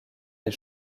des